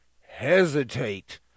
hesitate